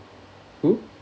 who